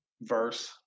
verse